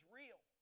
real